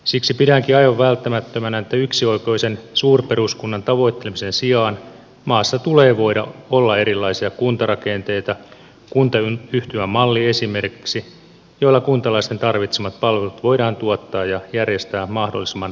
siksi pidänkin aivan välttämättömänä että yksioikoisen suurperuskunnan tavoittelemisen sijaan maassa tulee voida olla erilaisia kuntarakenteita kuntayhtymämalli esimerkiksi joilla kuntalaisten tarvitsemat palvelut voidaan tuottaa ja järjestää mahdollisimman tehokkaasti